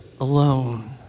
alone